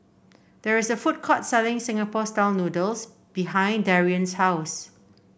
there is a food court selling Singapore style noodles behind Darion's house